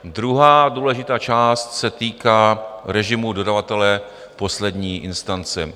Druhá důležitá část se týká režimu dodavatele poslední instance.